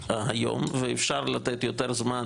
היום יש סדר-יום יחסית דליל ואפשר לתת יותר זמן